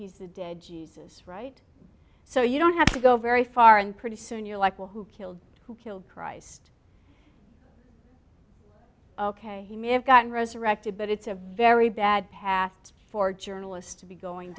he's the de jesus right so you don't have to go very far and pretty soon you're like well who killed who killed christ ok he may have gotten resurrected but it's a very bad path for journalists to be going